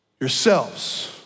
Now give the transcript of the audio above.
yourselves